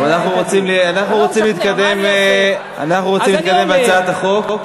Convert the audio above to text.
אבל אנחנו רוצים להתקדם עם הצעת החוק.